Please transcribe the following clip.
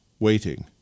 waiting